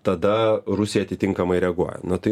tada rusija atitinkamai reaguoja na tai